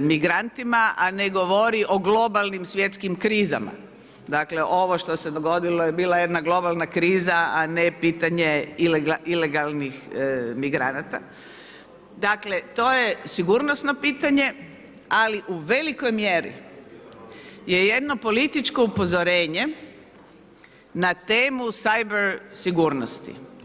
migrantima, a ne govori o globalnim svjetskim krizama, dakle ovo što se dogodilo je bila jedna globalna kriza, a ne pitanje ilegalnih migranata, dakle to je sigurnosno pitanje, ali u velikoj mjeri je jedno političko upozorenje na temu cyber sigurnosti.